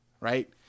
right